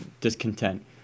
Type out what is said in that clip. discontent